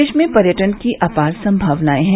प्रदेश में पर्यटन की अपार सम्भावनायें हैं